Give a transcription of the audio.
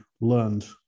learned